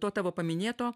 to tavo paminėto